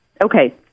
Okay